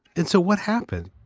and so what happened?